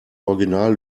original